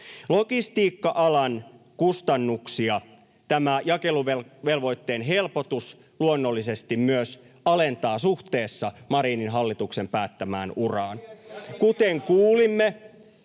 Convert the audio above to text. Logistiikka-alan kustannuksia tämä jakeluvelvoitteen helpotus luonnollisesti myös alentaa suhteessa Marinin hallituksen päättämään uraan. [Timo